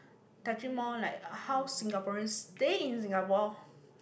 touching more like how Singaporeans stay in Singapore